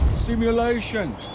simulation